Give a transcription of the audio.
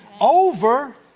over